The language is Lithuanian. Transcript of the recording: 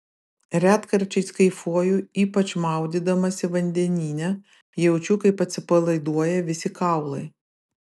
retkarčiais kaifuoju ypač maudydamasi vandenyne jaučiu kaip atsipalaiduoja visi kaulai